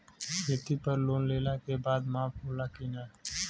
खेती पर लोन लेला के बाद माफ़ होला की ना?